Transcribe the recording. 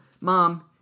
mom